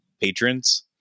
patrons